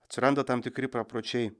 atsiranda tam tikri papročiai